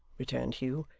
returned hugh.